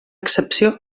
excepció